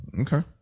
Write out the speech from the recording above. okay